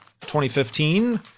2015